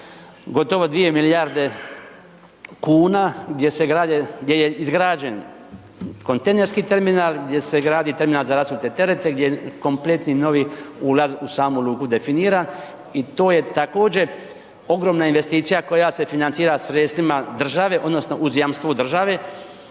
gotovo 2 milijarde kuna, gdje je izgrađen kontejnerski terminal, gdje se gradi terminal za rasute terete, gdje kompletni novi ulaz u samu luku definiran. I to je također ogromna investicija koja se financira sredstvima država odnosno uz jamstvo države,